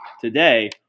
Today